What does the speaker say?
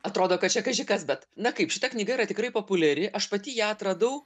atrodo kad čia kaži kas bet na kaip šita knyga yra tikrai populiari aš pati ją atradau